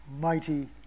mighty